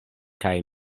kaj